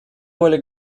воли